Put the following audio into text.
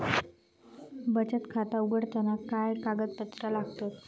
बचत खाता उघडताना काय कागदपत्रा लागतत?